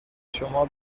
شما